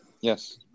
Yes